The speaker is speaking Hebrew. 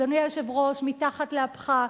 אדוני היושב-ראש, מתחת לאפך,